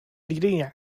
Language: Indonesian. dirinya